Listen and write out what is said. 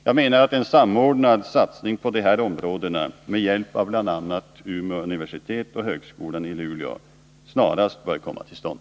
Jag menar att en samordnad satsning på de här områdena —g april 1981 med hjälp av bl.a. Umeå universitet och högskolan i Luleå snarast bör komma till stånd.